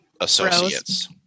associates